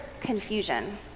confusion